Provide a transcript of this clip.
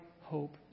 hope